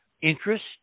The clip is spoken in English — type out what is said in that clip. interest